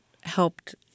helped